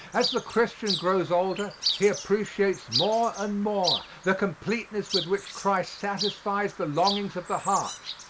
as the christian grows older he appreciates more and more the completeness with which christ satisfies the longings of the heart,